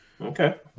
Okay